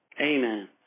Amen